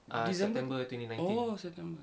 decem~ orh september